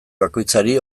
bakoitzari